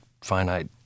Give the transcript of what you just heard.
finite